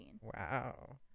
Wow